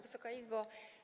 Wysoka Izbo!